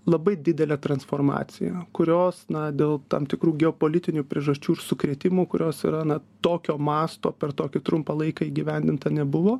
labai didelę transformaciją kurios na dėl tam tikrų geopolitinių priežasčių ir sukrėtimų kurios yra na tokio masto per tokį trumpą laiką įgyvendinta nebuvo